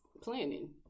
planning